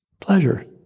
pleasure